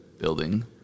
building